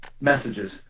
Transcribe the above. messages